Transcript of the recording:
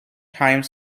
time